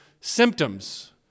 symptoms